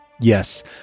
yes